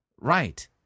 right